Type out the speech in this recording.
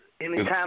Anytime